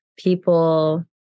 people